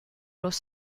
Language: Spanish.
los